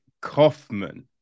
Kaufman